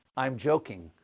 i'm joking,